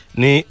ni